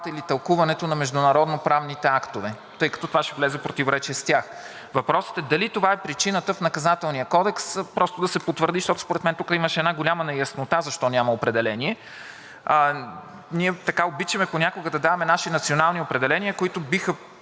или тълкуването на международно- правните актове, тъй като това ще влезе в противоречие с тях. Въпросът е дали това е причината в Наказателния кодекс просто да се потвърди? Защото според мен тук имаше една голяма неяснота защо няма определение. Ние обичаме понякога да даваме наши национални определения, които